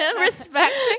Respect